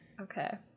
Okay